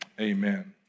Amen